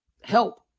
help